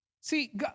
See